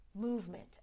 movement